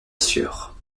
sieur